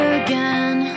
again